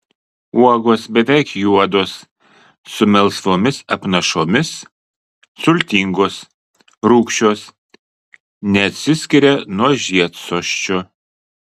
uogos beveik juodos su melsvomis apnašomis sultingos rūgščios neatsiskiria nuo žiedsosčio